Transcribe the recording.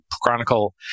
chronicle